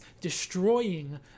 destroying